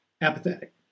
apathetic